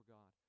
God